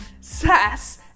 sass